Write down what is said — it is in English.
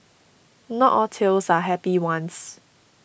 not all tales are happy ones